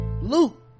Luke